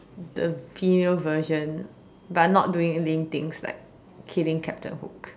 the female version but not doing anything like killing captain hook